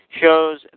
shows